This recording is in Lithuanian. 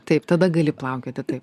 taip tada gali plaukioti taip